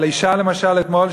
למשל אתמול,